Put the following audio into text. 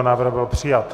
Návrh byl přijat.